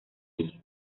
allí